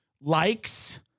likes